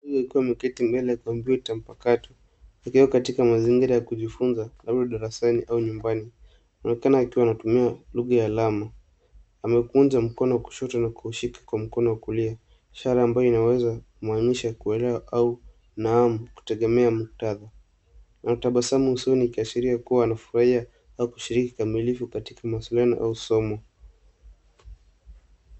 Akiwa ameketi mbele kompyuta mpakato akiwa katika mazingira ya kujifunza au darasani au nyumbani, akionekana akiwa anatumia lugha ya alama amekunja mkono wa kushoto na kuushika na mkono wa kulia ishara smbayo inaweza maanisha kuelewa au naam kutegemea mkutadha . Anatabsamu usoni ikiashiria kuwa anafurahia au kushiriki kikamilifu katika shuleni au somo.